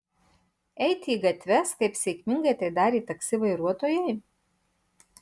eiti į gatves kaip sėkmingai tai darė taksi vairuotojai